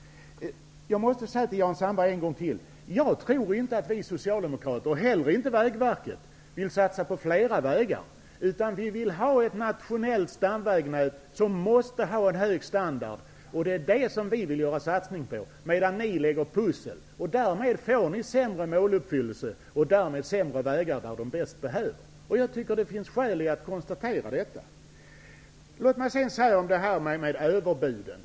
Jag måste än en gång säga till Jan Sandberg: Jag tror inte att vi socialdemokrater och inte heller Vägverket vill satsa på flera vägar. Vi vill ha ett nationellt stamvägnät som måste ha en hög standard. Det är det vi vill satsa på. Ni lägger pussel, och därmed får ni sämre måluppfyllelse. Då blir det sämre vägar där vägarna bäst behövs. Det finns skäl att konstatera det. Det talas hela tiden om överbud.